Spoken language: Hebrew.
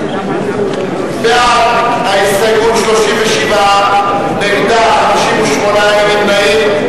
בעד ההסתייגות, 37, נגדה, 58, אין נמנעים.